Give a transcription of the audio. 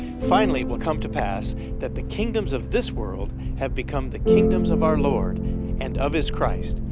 finally, it will come to pass that the kingdoms of this world have become the kingdoms of our lord and of his christ,